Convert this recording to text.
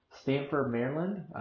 Stanford-Maryland